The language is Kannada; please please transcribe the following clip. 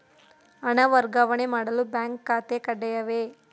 ಹಣ ವರ್ಗಾವಣೆ ಮಾಡಲು ಬ್ಯಾಂಕ್ ಖಾತೆ ಕಡ್ಡಾಯವೇ?